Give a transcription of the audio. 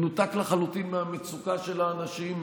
מנותק לחלוטין מהמצוקה של האנשים,